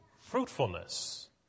fruitfulness